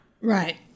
Right